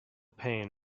pain